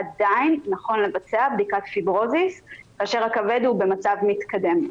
עדיין נכון לבצע בדיקת פיברוזיס כאשר הכבד הוא במצב מתקדם.